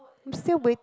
I'm still wait